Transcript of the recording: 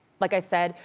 like i said,